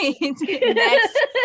Next